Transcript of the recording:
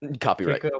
Copyright